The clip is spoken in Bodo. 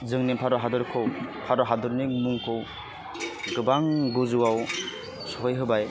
जोंनि भारत हादरखौ भारत हादरनि मुंखौ गोबां गोजौवाव सहैहोबाय